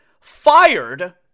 fired